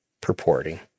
Purporting